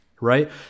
right